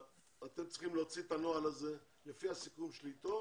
אתם צריכים להוציא את הנוהל הזה לפי הסיכום שלי אתו